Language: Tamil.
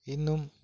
இன்னும்